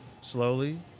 slowly